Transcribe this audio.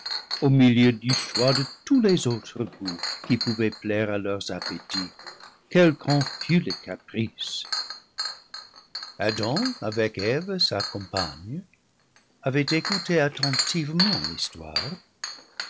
au milieu du choix de tous les autres goûts qui pouvaient plaire à leurs appétits quel qu'en fût le caprice adam avec eve sa compagne avait écouté attentivement l'histoire